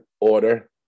order